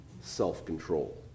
self-control